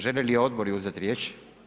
Žele li odbori uzeti riječ?